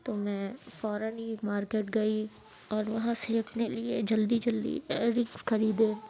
تو میں فوراً ہی ایک مارکٹ گئی اور وہاں سے اپنے لیے جلدی جلدی ایئر رنگس خریدے